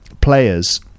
players